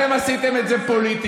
אתם עושים את זה פוליטיקה.